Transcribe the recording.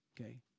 Okay